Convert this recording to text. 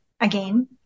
again